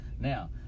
Now